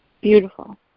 Beautiful